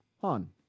Han